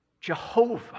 Jehovah